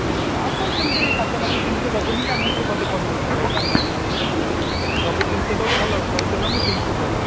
ନା ଆମର ସେମିତି ଫଟା ମଟା ଜିନିଷ ଦେବୁନି କି ଆମକୁ ପଦେ କିଏ କହିବନି ଭାଇ ଆମେ ଜିନିଷ ଦେବୁ ଭଲ ପଇସା ନେବୁ ଜିନିଷ ଦେବୁ